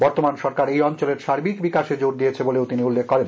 বর্তমান সরকার এই অঞ্চলের সার্বিক বিকাশে জোর দিয়েছে বলেও তিনি উল্লেখ করেন